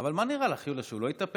אבל מה נראה לך, יוליה, שהוא לא יטפל?